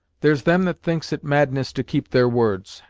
there's them that thinks it madness to keep their words,